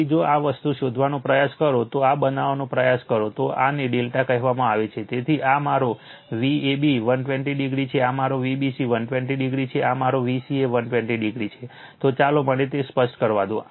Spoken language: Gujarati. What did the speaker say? તેથી જો આ વસ્તુ શોધવાનો પ્રયાસ કરો તો આ બનાવવાનો પ્રયાસ કરો તો આને ∆ કહેવામા આવે છે તેથી આ મારો Vab 120o છે મારો Vbc 120o છે તો મારો Vca 120o છે તો ચાલો મને તે સ્પષ્ટ કરવા દો